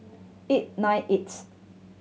eight ninety eighth